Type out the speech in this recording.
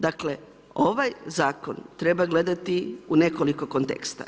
Dakle, ovaj Zakon treba gledati u nekoliko konteksta.